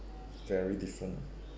very different